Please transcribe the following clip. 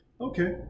okay